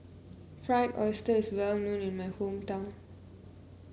Fried Oyster is well known in my hometown